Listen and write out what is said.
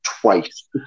twice